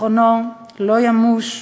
זיכרונו לא ימוש מלבנו,